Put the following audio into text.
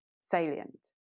salient